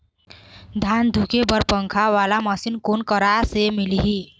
धान धुके बर पंखा वाला मशीन कोन करा से मिलही?